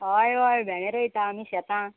हय हय भेणें रोयता आमी शेतांक